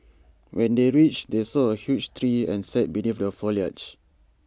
when they reached they saw A huge tree and sat beneath the foliage